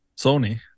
Sony